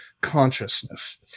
consciousness